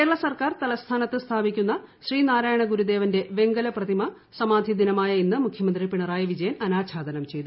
കേരള സർക്കാർ തലസ്ഥാനത്ത് സ്ഥാപിക്കുന്ന ശ്രീനാരായണ ഗുരുദേവന്റെ വെങ്കല പ്രതിമ സമാധി ദിനമായ ഇന്ന് മുഖ്യമന്ത്രി പിണറായി വിജയൻ അനാച്ഛാദനം ചെയ്തു